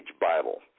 Bible